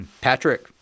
Patrick